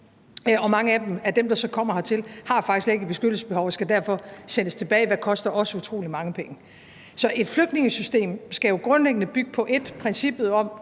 Og mange af dem, der så kommer, har faktisk slet ikke et beskyttelsesbehov og skal derfor sendes tilbage, hvad der koster os utrolig mange penge. Så et flygtningesystem skal jo grundlæggende bygge på princippet om,